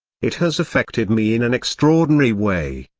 it has affected me in an extraordinary way.